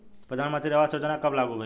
प्रधानमंत्री आवास योजना कब लागू भइल?